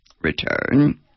return